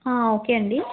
okay అండి